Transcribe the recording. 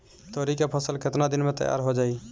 तोरी के फसल केतना दिन में तैयार हो जाई?